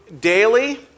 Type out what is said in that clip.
daily